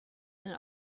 and